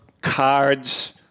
cards